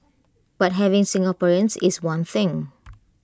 but having Singaporeans is one thing